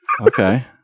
Okay